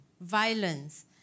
violence